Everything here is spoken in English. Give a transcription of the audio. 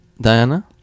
Diana